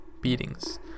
beatings